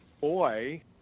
boy